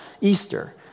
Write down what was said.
Easter